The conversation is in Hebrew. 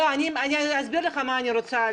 אני אסביר לך למה אני חותרת